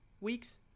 weeks